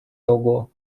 того